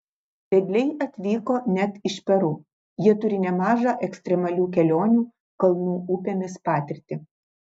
vedliai atvyko net iš peru jie turi nemažą ekstremalių kelionių kalnų upėmis patirtį